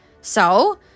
So